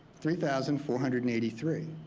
three thousand four hundred and eighty three.